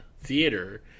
theater